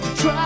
Try